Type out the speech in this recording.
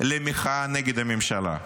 למחאה נגד הממשלה.